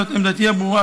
זאת עמדתי הברורה,